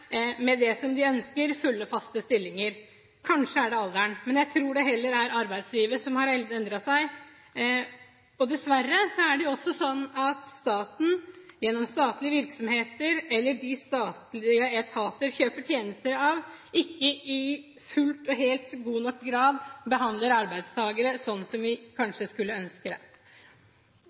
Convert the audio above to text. med det de ønsker: fulle og faste stillinger. Kanskje er det alderen, men jeg tror det heller er arbeidslivet som har endret seg. Dessverre er det også sånn at staten, gjennom statlige virksomheter eller dem de statlige etater kjøper tjenester av, ikke fullt og helt og i stor nok grad behandler arbeidstakere sånn som vi kanskje skulle ønske. Det